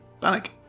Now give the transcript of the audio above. panic